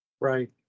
Right